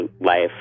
life